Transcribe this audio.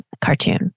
cartoon